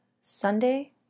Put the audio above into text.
Sunday